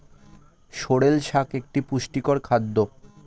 sorrel শাক একটি পুষ্টিকর খাদ্য